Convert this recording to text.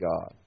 God